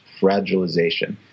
fragilization